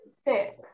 six